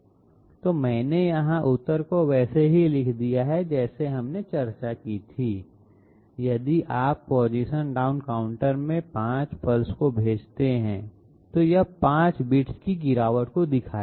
तो मैंने यहाँ उतर को वैसे ही लिख दिया है जैसे हमने चर्चा की थी यदि आप पोजीशन डाउन काउंटर में 5 पल्स को भेजते हैं तो यह 5 बिट्स की गिरावट को दिखाएगा